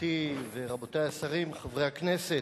גברתי ורבותי השרים, חברי הכנסת,